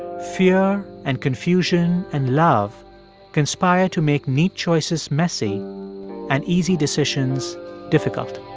fear and confusion and love conspire to make neat choices messy and easy decisions difficult.